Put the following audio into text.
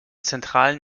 zentralen